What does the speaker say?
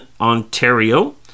Ontario